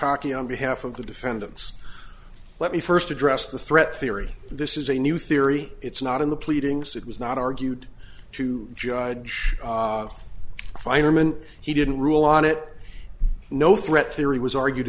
talking on behalf of the defendants let me first address the threat theory this is a new theory it's not in the pleadings it was not argued to judge feinerman he didn't rule on it no threat theory was argued